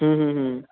ਹਮ ਹਮ ਹਮ